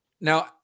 now